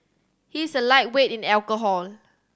he is a lightweight in alcohol